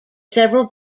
several